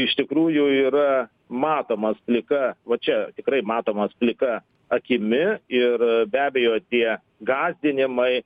iš tikrųjų yra matomas plika va čia tikrai matomas plika akimi ir be abejo tie gąsdinimai